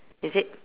is it